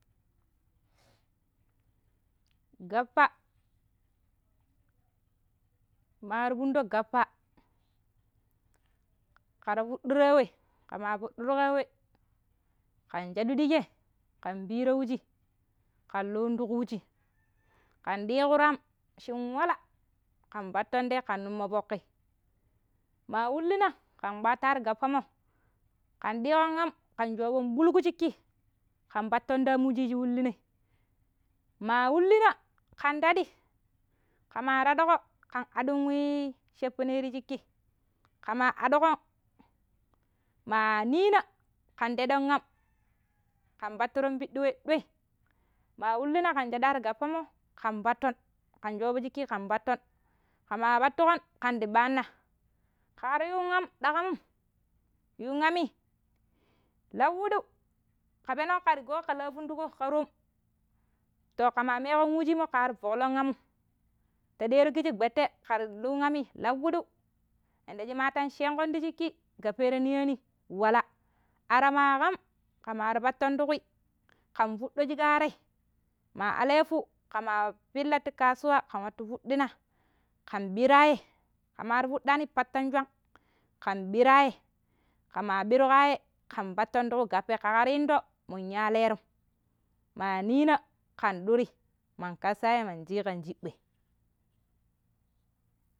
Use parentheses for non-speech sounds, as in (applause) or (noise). ﻿ (noise) Gabpa mari funto gappa kar fuduro ya wei, kama fudurko ya wei kan sadu dikkei kam bire wuji kam luun ti ku wuji. (noise) Kan dikiru am sin wala ka patto ta ye kan nummo foki. Ma wulluna kan kpaatin ar gabpammo kan ɗikon am kan fudton bulku shiki kan patton ta am wuji shi wullunai. Ma wulluna kan taɗi, kama taɗɗiko kan adun wushepene ti shik kama aɗikon ma nina kan teɗon am, (noise) kan pattiron biɗi we doi. Ma wulluna kan saɗu ar gabpamo kan patton kan soofo shiki kan patton. Ka ma pattillon kan di ɓaana ke yu am ɗaakam. Yu am lauweɗin, ka peno ka la tuntuko ka toom, to kama miko wujimo karu boklon am ta deero kiji gwete. Ka luu am laumidi yarda matan shinkanshiki gabpa ta niyanni wala. Ara ma kam ka miri patton ti kui kan fonɗo shik arai. Ma alefu ka ma pilla ti kasuwa kan wattu tuɗuna kan ɓirayai ka man tuɗani patton swan kan ɓirayai kama ɓirayai, kan patton ti ku gabpa ka ker indo mun yalerom ma nina kan ɗuri man kasso yai man chi kam shiɓɓe.